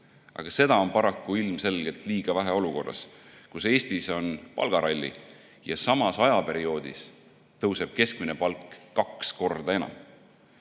Aga seda on paraku ilmselgelt liiga vähe olukorras, kus Eestis on palgaralli ja samal perioodil tõuseb keskmine palk kaks korda enam.